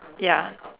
ya